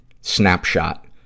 snapshot